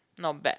not bad